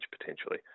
potentially